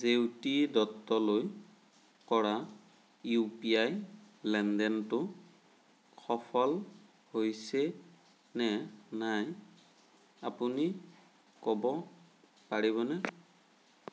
জেউতি দত্তলৈ কৰা U P I লেনদেনটো সফল হৈছে নে নাই আপুনি ক'ব পাৰিবনে